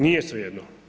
Nije svejedno.